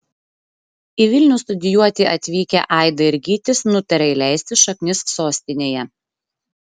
į vilnių studijuoti atvykę aida ir gytis nutarė įleisti šaknis sostinėje